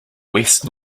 west